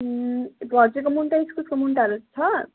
फर्सीको मुन्टा इस्कुसको मुन्टाहरू छ